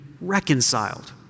reconciled